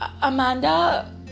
Amanda